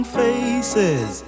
faces